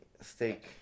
steak